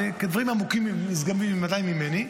אלה דברים עמוקים ונשגבים ממני,